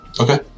Okay